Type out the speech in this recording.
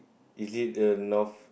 is it the north